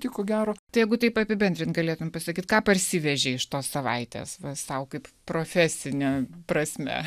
tik gero tegu taip apibendrinti galėtumei pasakyti ką parsivežė iš tos savaitės sau kaip profesine prasme